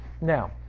Now